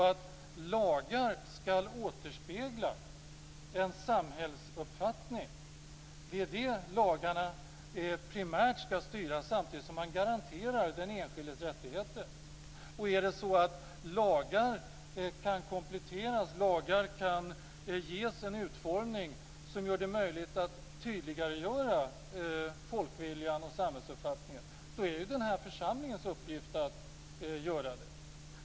Men lagar skall återspegla en samhällsuppfattning. Det är det som lagarna primärt skall styra samtidigt som de garanterar den enskildes rättigheter. Om lagar kan kompletteras och ges en utformning som gör det möjligt att tydliggöra folkviljan och samhällsuppfattningen, då är det denna församlings uppgift att göra det.